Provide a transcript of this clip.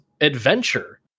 adventure